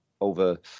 over